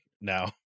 now